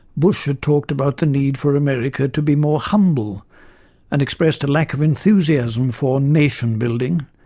bush had talked about the need for america to be more humble and expressed a lack of enthusiasm for nation building.